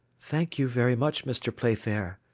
thank you, very much, mr. playfair,